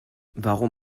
warum